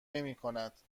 نمیکند